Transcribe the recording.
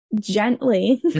gently